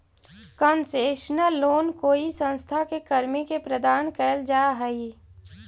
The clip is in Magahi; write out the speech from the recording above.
कंसेशनल लोन कोई संस्था के कर्मी के प्रदान कैल जा हइ